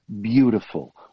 beautiful